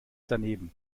daneben